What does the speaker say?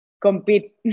compete